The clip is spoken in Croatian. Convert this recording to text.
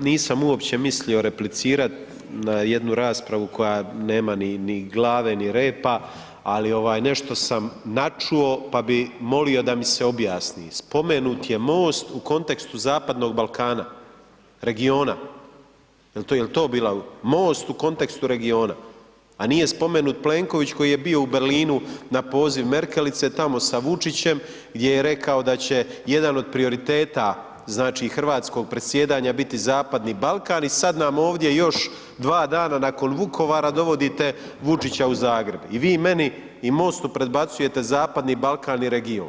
Ma nisam uopće mislio replicirat na jednu raspravu koja nema ni, ni glave, ni repa, ali ovaj nešto sam načuo, pa bi molio da mi se objasni, spomenut je MOST u kontekstu zapadnog Balkana, regiona, jel, jel to bila, MOST u kontekstu regiona, a nije spomenut Plenković koji je bio u Berlinu na poziv Merkelice tamo sa Vučićem gdje je rekao da će jedan od prioriteta znači hrvatskog predsjedanja biti zapadni Balkan i sad nam ovdje još dva dana nakon Vukovara dovodite Vučića u Zagreb i vi meni i MOST-u predbacujete zapadni Balkan i region,